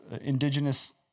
indigenous